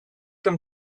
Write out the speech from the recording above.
them